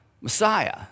Messiah